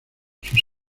sus